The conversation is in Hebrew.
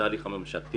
זה ההליך הממשלתי.